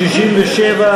הסתייגות